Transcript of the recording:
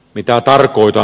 mitä tarkoitan